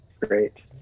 great